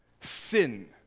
sin